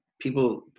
people